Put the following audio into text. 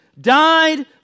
died